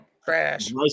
crash